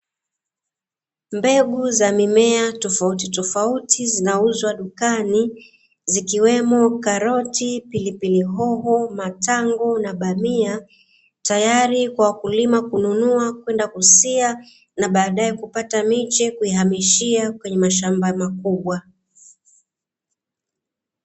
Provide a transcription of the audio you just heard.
Mbegu za mimea tofauti tofauti zinauzwa dukani zikiwemo karoti, pilipili hoho, matango na bamia, tayari kwa wakulima kununua kwenda kusia, na baadaye kupata miche kuihamishia kwenye mashamba makubwa.